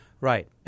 Right